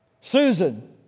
Susan